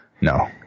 No